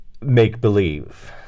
make-believe